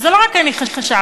ולא רק אני חשבתי,